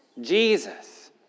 Jesus